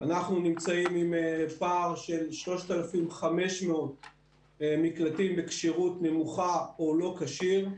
אנחנו נמצאים עם פער של 3,500 מקלטים בכשירות נמוכה או לא כשיר,